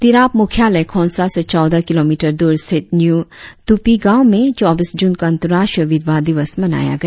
तिराप मुख्यालय खोनसा से चौदह किलोमीटर दूर स्थित न्यू तुपी गाँव में चौबीस जून को अंतराष्ट्रीय विधवा दिवस मनाया गया